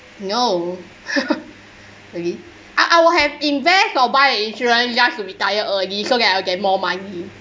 no maybe I I will have invest or buy an insurance just to retire early so that I'll get more money